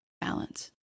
Balance